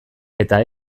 eta